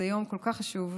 זה יום כל כך חשוב,